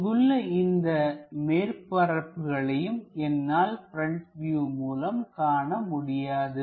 இங்குள்ள இந்த மேற்பரப்புகளையும் என்னால் ப்ரெண்ட் வியூ மூலம் காண முடியாது